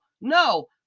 no